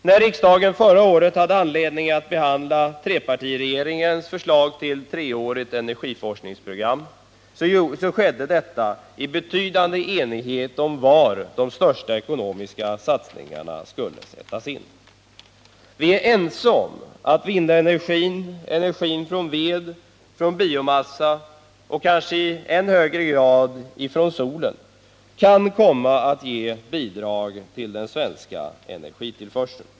När riksdagen förra året hade anledning att behandla trepartiregeringens förslag till treårigt energi forskningsprogram, skedde detta i betydande enighet om var de största ekonomiska satsningarna skulle sättas in. Vi är ense om att vindenergin, energin från ved, från biomassa och kanske i än högre grad från solen kan komma att ge bidrag till den svenska energitillförseln.